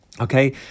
okay